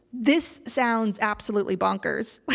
this sounds absolutely bonkers.